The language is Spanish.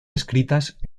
escritas